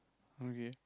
okay